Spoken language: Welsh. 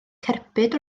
cerbyd